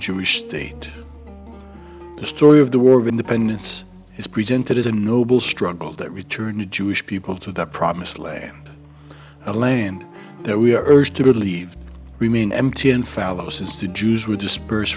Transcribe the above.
jewish state the story of the war of independence is presented as a noble struggle that return the jewish people to the promised land a land that we are urged to believe remain empty and fallow since the jews were dispersed